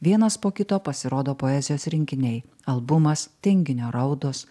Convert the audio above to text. vienas po kito pasirodo poezijos rinkiniai albumas tinginio raudos